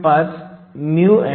भाग c डायोडवर 0